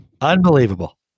Unbelievable